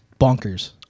bonkers